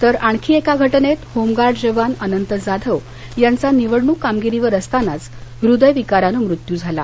तर आणखी एका घटनेत होमगार्ड जवान अनंत जाधव यांचा निवडणूक कामगिरीवर असतानाच हृद्यविकारानं मृत्यू झाला